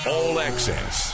All-Access